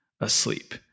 asleep